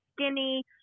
skinny